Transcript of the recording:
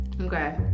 Okay